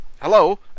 Hello